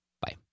Bye